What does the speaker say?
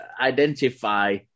identify